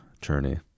journey